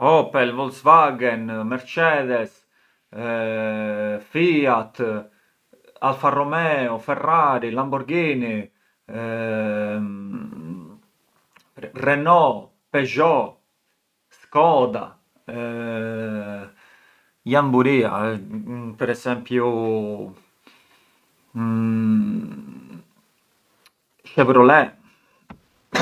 Opel, Volkswage, Merçedes, Fiat, Alfa Romeo, Ferrari, Lamborghini, Renault, Peugeot, Skoda, jan buria per esempiu Chevrolet…